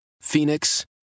Phoenix